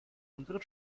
unseren